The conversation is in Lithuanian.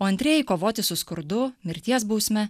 o antrieji kovoti su skurdu mirties bausme